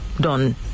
done